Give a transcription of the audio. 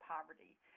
poverty